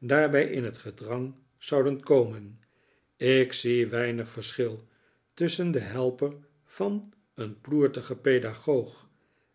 in het gedrang zouden komen ik zie weinig verschil tusschen den helper van een ploertigen paedagoog